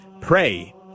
pray